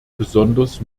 besonders